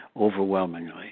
overwhelmingly